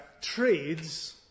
trades